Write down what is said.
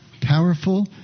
powerful